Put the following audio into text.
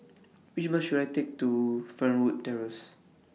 Which Bus should I Take to Fernwood Terrace